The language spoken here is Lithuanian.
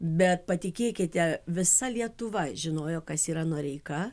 bet patikėkite visa lietuva žinojo kas yra noreika